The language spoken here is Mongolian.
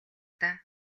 даа